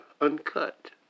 uncut